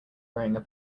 wearing